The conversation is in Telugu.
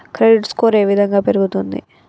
క్రెడిట్ స్కోర్ ఏ విధంగా పెరుగుతుంది?